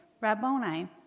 Rabboni